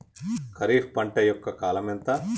ఖరీఫ్ పంట యొక్క కాలం ఎంత?